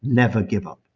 never give up.